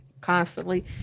constantly